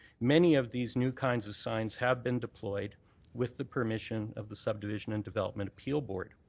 many of these new kinds of signs have been deployed with the permission of the subdivision and development appeal board.